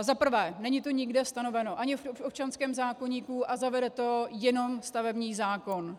Za prvé, není to nikde stanoveno, ani v občanském zákoníku, a zavede to jenom stavební zákon.